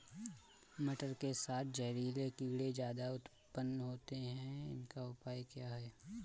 मटर के साथ जहरीले कीड़े ज्यादा उत्पन्न होते हैं इनका उपाय क्या है?